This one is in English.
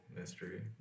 mystery